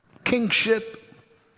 kingship